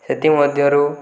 ସେଥି ମଧ୍ୟରୁ